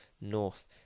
North